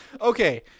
Okay